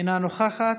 אינה נוכחת,